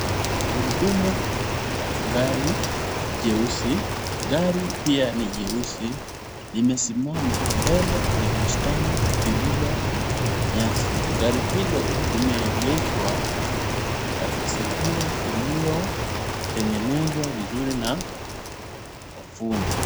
Gurudumu la gari jeusi, gari pia ni jeusi. Limesimama mbele ya bustani lililo na nyasi. Gari hilo limeegeshwa sehemu iliyotengenezwa vizuri na wafundi.